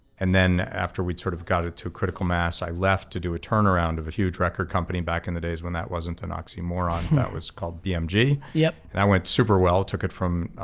and then after we'd sort of got it to a critical mass, i left to do a turnaround of a huge record company back in the days when that wasn't an oxymoron. that was called dmg, yeah that went super well. took it from